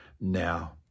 now